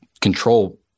control